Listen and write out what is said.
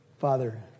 Father